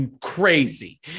crazy